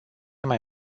mai